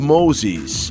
Moses